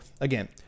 again